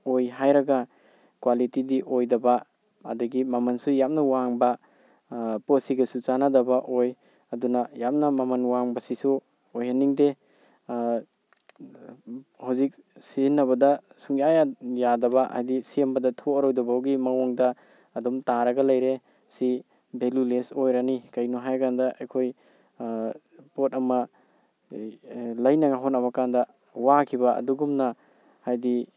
ꯑꯣꯏ ꯍꯥꯏꯔꯒ ꯀ꯭ꯋꯥꯂꯤꯇꯤꯗꯤ ꯑꯣꯏꯗꯕ ꯑꯗꯨꯗꯒꯤ ꯃꯃꯜꯁꯨ ꯌꯥꯝꯅ ꯋꯥꯡꯕ ꯄꯣꯠꯁꯤꯒꯁꯨ ꯆꯥꯅꯗꯕ ꯑꯣꯏ ꯑꯗꯨꯅ ꯌꯥꯝꯅ ꯃꯃꯜ ꯋꯥꯡꯕꯁꯤꯁꯨ ꯑꯣꯏꯍꯟꯅꯤꯡꯗꯦ ꯍꯧꯖꯤꯛ ꯁꯤꯖꯤꯟꯅꯕꯗ ꯁꯨꯡꯌꯥ ꯌꯥꯗꯕ ꯍꯥꯏꯗꯤ ꯁꯦꯝꯕꯗ ꯊꯣꯛꯑꯔꯣꯏꯗꯕꯒꯤ ꯃꯑꯣꯡꯗ ꯑꯗꯨꯝ ꯇꯥꯔꯒ ꯂꯩꯔꯦ ꯁꯤ ꯚꯦꯂꯨꯂꯦꯁ ꯑꯣꯏꯔꯅꯤ ꯀꯩꯒꯤꯅꯣ ꯍꯥꯏꯕ ꯀꯥꯟꯗ ꯑꯩꯈꯣꯏ ꯄꯣꯠ ꯑꯃ ꯂꯩꯅꯉꯥꯏ ꯍꯣꯠꯅꯕꯀꯥꯟꯗ ꯋꯥꯈꯤꯕ ꯑꯗꯨꯒꯨꯝꯅ ꯍꯥꯏꯗꯤ